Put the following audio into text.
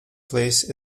place